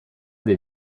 dei